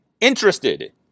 interested